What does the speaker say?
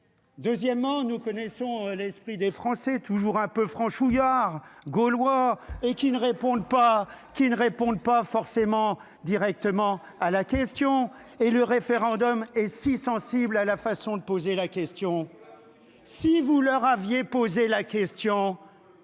Deuxièmement, nous connaissons l'esprit des Français, toujours un peu franchouillard gaulois et qui ne répondent pas, qui ne répondent pas forcément directement à la question et le référendum et si sensible à la façon de poser la question. Si vous leur aviez posé la question.